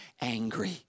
angry